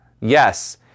yes